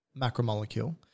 macromolecule